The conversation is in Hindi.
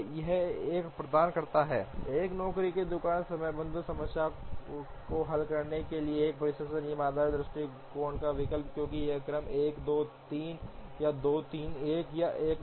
यह एक प्रदान करता है एक नौकरी की दुकान समयबद्धन समस्या को हल करने के लिए एक प्रेषण नियम आधारित दृष्टिकोण का विकल्प क्योंकि यह क्रम 1 2 3 या 2 3 1 1 2 3